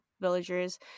villagers